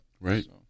Right